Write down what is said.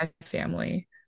family